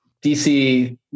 DC